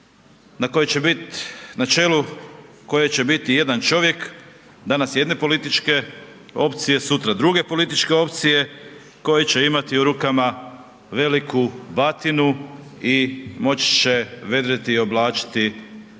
na čelu koje će biti jedan čovjek, danas jedne političke opcije, sutra druge političke opcije koji će imati u rukama veliku batinu i moći će vedriti i oblačiti u